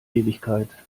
ewigkeit